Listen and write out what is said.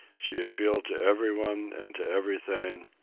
she appealed to everybody and to everything,